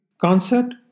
Concept